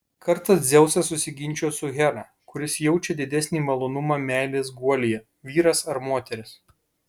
kartą dzeusas susiginčijo su hera kuris jaučia didesnį malonumą meilės guolyje vyras ar moteris